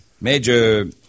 Major